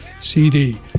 CD